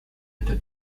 into